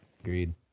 Agreed